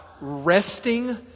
resting